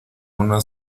una